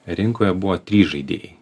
rinkoje buvo trys žaidėjai